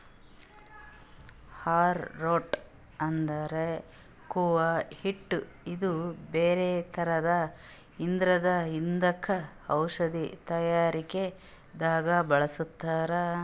ಆರೊ root ಅಂದ್ರ ಕೂವ ಹಿಟ್ಟ್ ಇದು ಬೇರಿನ್ ಥರ ಇರ್ತದ್ ಇದಕ್ಕ್ ಔಷಧಿ ತಯಾರಿಕೆ ದಾಗ್ ಬಳಸ್ತಾರ್